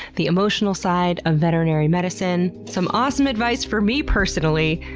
the emotional side of veterinary medicine, some awesome advice for me personally,